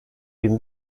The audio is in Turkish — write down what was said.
bin